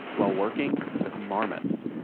while working with marmots